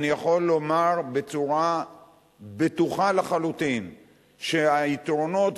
אני יכול לומר בצורה בטוחה לחלוטין שהיתרונות,